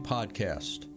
Podcast